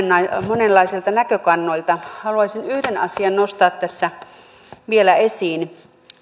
monenlaisilta näkökannoilta haluaisin yhden asian nostaa tässä vielä esiin